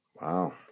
Wow